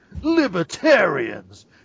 Libertarians